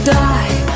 die